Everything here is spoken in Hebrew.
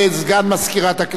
ברשות יושב-ראש הכנסת,